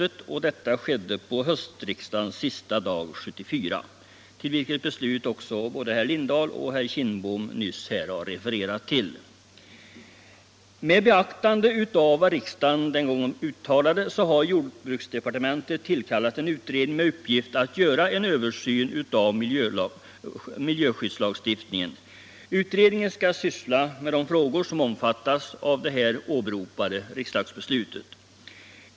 Detta skedde under den sista dagen för höstriksdagen 1974. Det beslutet har herrarna Lindahl och Kindbom nyss refererat till. Med beaktande av vad riksdagen den gången uttalade har jordbruksdepartementet tillkallat en utredning med uppgift att göra en översyn av miljöskyddslagstiftningen. Utredningen skall syssla med de frågor som omfattas av här åberopade riksdagsbeslut.